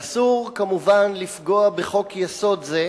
ואסור, כמובן, לפגוע בחוק-יסוד זה,